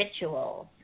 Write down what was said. rituals